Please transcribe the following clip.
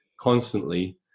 constantly